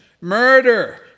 murder